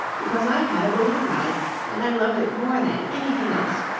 because i've had a balloon ride and i loved it more than anything else.